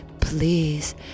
please